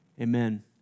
amen